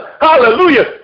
Hallelujah